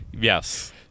Yes